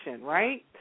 right